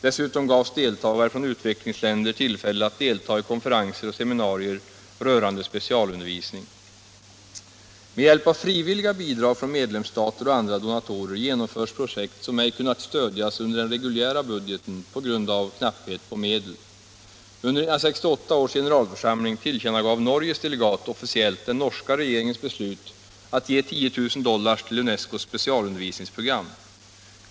Dessutom gavs deltagare från utvecklingsländer tillfälle att delta i konferenser och seminarier rörande specialundervisning. Med hjälp av frivilliga bidrag från medlemsstater och andra donatorer genomförs projekt som på grund av knapphet på medel ej kunnat stödjas via den reguljära budgeten. Under generalförsamlingens session 1968 tillkännagav Norges delegat officiellt den norska regeringens beslut att ge 10 000 dollar till UNESCO:s specialundervisningsprogram.